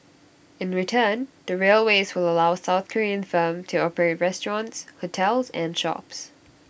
in return the railways will allow south Korean firm to operate restaurants hotels and shops